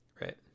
Right